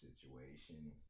situation